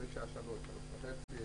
בסביבות 03:30,